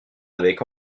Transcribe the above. avec